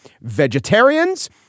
Vegetarians